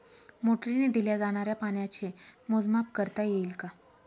मोटरीने दिल्या जाणाऱ्या पाण्याचे मोजमाप करता येईल का?